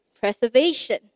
preservation